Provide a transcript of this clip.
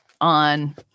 on